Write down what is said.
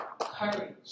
courage